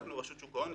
אנחנו רשות שוק ההון,